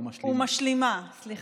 ומשלימה, סליחה.